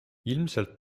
ilmselt